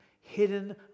hidden